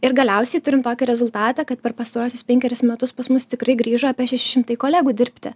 ir galiausiai turim tokį rezultatą kad per pastaruosius penkerius metus pas mus tikrai grįžo apie šeši šimtai kolegų dirbti